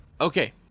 Okay